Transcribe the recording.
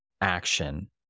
action